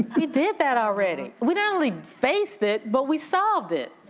we did that already. we not only faced it, but we solved it.